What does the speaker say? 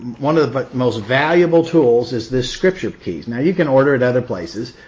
one of the but most valuable tools is this scripture keys. now you can order it other places,